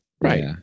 Right